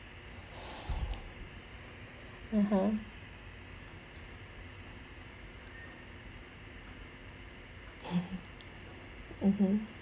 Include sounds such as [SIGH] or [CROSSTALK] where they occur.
(uh huh) [LAUGHS] (uh huh)